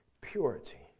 Purity